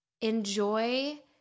enjoy